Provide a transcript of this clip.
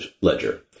ledger